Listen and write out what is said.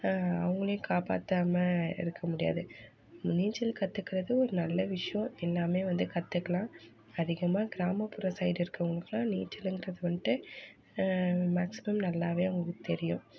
அவங்களையும் காப்பாற்றாம இருக்க முடியாது நீச்சல் கற்றுக்கிறது ஒரு நல்ல விஷயம் எல்லாமே வந்து கற்றுக்கலாம் அதிகமாக கிராமப்புற சைடு இருக்கவங்களுக்குலாம் நீச்சலுங்கிறது வந்துட்டு மேக்ஸிமம் நல்லாவே அவங்களுக்கு தெரியும்